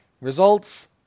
results